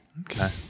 Okay